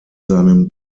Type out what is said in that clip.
seinem